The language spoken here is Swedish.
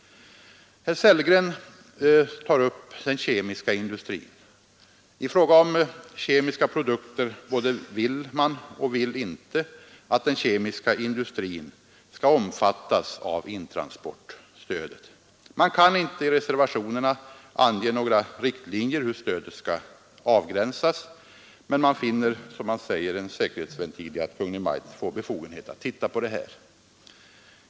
Herr Sellgren tar upp den kemiska industrin. I fråga om kemiska produkter både vill man och vill man inte att den kemiska industrin skall omfattas av intransportstödet. Man kan inte i reservationerna ange några riktlinjer för hur stödet skall avgränsas men man finner, som man säger, en säkerhetsventil i att Kungl. Maj:t får befogenhet att se på detta.